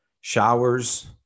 showers